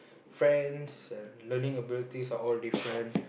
friends and learning abilities are all different